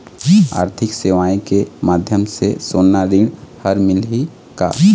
आरथिक सेवाएँ के माध्यम से सोना ऋण हर मिलही का?